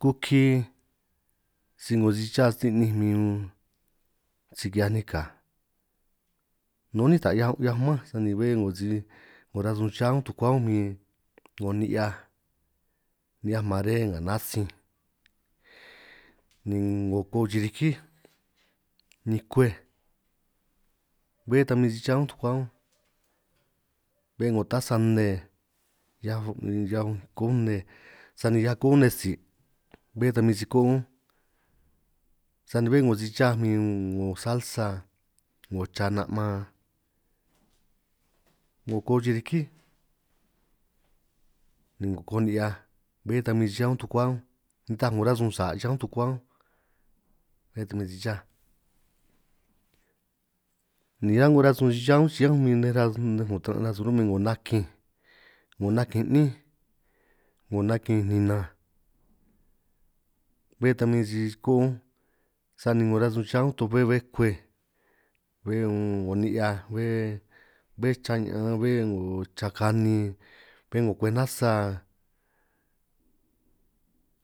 Kukí si 'ngo si cha si sti'ninj min un si ki'hiaj nikaj, nun ni'inj ta 'hiaj un 'hiaj manj sani bé 'ngo si 'ngo rasun cha unj tukua unj, min 'ngo ni'hiaj ni'hiaj mare nga natsin ni 'ngo ko'o chirikíj, ni kwej bé ta min si cha unj tukua unj bé 'ngo tasa nne hiaj chaj ko'o unj, nne sani hiaj ko'o unj nne tsi' bé ta min si ko'o unj sani bé 'ngo si chaj min 'ngo salsa, 'ngo cha na'man 'ngo ko'o chirikí ni 'ngo ko'o ni'hiaj, bé ta min cha unj tukua unj nitaj 'ngo rasun sa' cha unj tukua unj, bé tan min si chaj ni a'ngo rasun cha unj chiñan unj min nej rasun taran' ro'min 'ngo nakinj, 'ngo nakinj 'níj 'ngo nakinj ninanj bé ta min si koo unj, sani 'ngo rasun cha unj toj be bé kwej, bé ni'hiaj bé chra ña'an bé 'ngo chra kanin bé 'ngo kwej nasa,